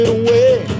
away